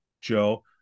Joe